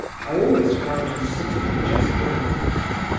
i always found her sitting just like that.